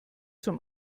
zum